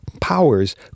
powers